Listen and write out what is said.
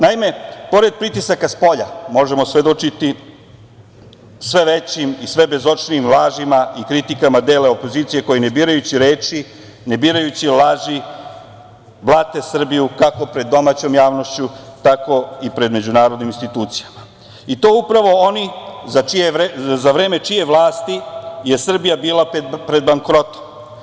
Naime, pored pritisaka spolja, možemo svedočiti sve većim i sve bezočnijim lažima i kritikama dela opozicije koji ne birajući reči, ne birajući laži, blate Srbiju kako pred domaćom javnošću, tako i pred međunarodnim institucijama, i to upravo oni za vreme čije vlasti je Srbija bila pred bankrotom.